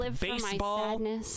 baseball